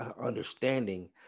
understanding